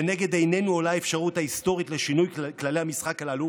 לנגד עינינו עולה האפשרות ההיסטורית לשינוי כללי המשחק הללו,